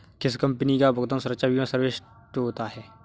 किस कंपनी का भुगतान सुरक्षा बीमा सर्वश्रेष्ठ होता है?